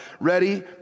Ready